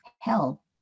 hell